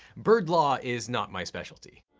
bird law is not my specialty.